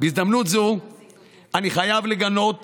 בהזדמנות זו אני חייב לגנות